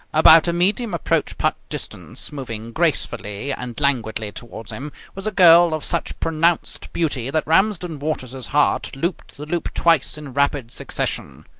about a medium approach-putt distance, moving gracefully and languidly towards him, was a girl of such pronounced beauty that ramsden waters's heart looped the loop twice in rapid succession.